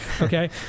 Okay